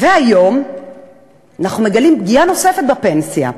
והיום אנחנו מגלים פגיעה נוספת בפנסיה,